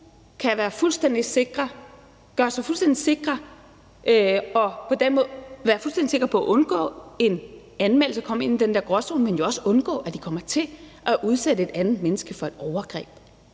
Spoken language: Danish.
den snak med dem og fortælle dem, hvordan de ville kunne være fuldstændig sikre på at undgå en anmeldelse og komme ind i den der gråzone, men jo også undgå, at de kom til at udsætte et andet menneske for et overgreb.